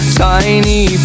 tiny